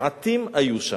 מעטים היו שם.